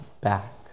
back